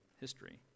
history